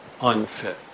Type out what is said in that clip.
unfit